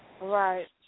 Right